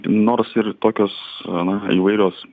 nors ir tokios na įvairios